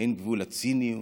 אין גבול לציניות